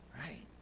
right